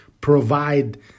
provide